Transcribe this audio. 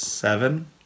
Seven